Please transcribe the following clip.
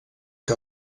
que